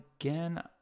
again